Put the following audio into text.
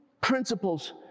principles